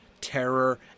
terror